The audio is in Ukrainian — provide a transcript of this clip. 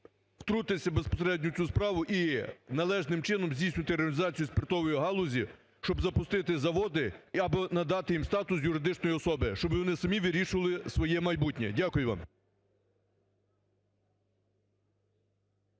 втрутитися безпосередньо у цю справу і належним чином здійснювати реалізацію спиртової галузі, щоб запустити заводи або надати їм статус юридичної особи, щоб вони самі вирішували своє майбутнє. Дякую вам.